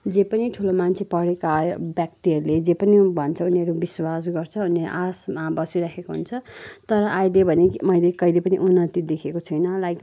जे पनि ठुलो मान्छे पढेका व्यक्तिहरूले जे पनि भन्छ उनीहरू विश्वास गर्छ अनि आसमा बसिराखेको हुन्छ तर अहिले भने मैले कहिँले पनि उन्नति देखेको छुइनँ लाइक